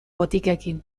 botikekin